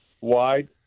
wide